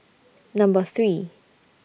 Number three